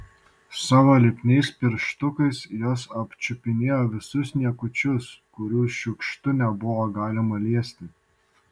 savo lipniais pirštukais jos apčiupinėjo visus niekučius kurių šiukštu nebuvo galima liesti